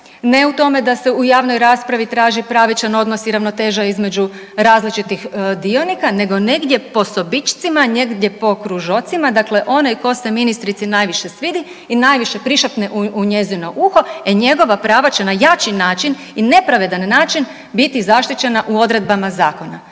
ne u tome da se u javnoj raspravi traži pravičan i ravnoteža između različitih dionika nego negdje po sobičcima, negdje po kružocima, dakle onaj tko se ministrici najviše svidi i najviše prišapne u njezino uho, e njegova prava će na jači način i nepravedan način biti zaštićena u odredbama zakona.